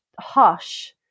Hush